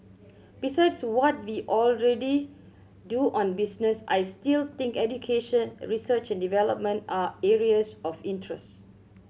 besides what we already do on business I still think education research and development are areas of interest